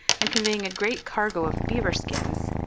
and conveying a great cargo of beaver skins,